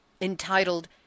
entitled